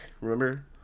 Remember